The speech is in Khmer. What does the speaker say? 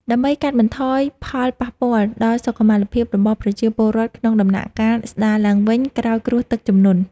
ដើម្បីកាត់បន្ថយផលប៉ះពាល់ដល់សុខុមាលភាពរបស់ប្រជាពលរដ្ឋក្នុងដំណាក់កាលស្តារឡើងវិញក្រោយគ្រោះទឹកជំនន់។